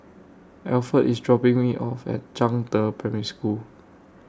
Alferd IS dropping Me off At Zhangde Primary School